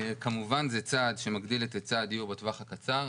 כמובן זה צעד שמגדיל את היצע הדיור לטווח הקצר.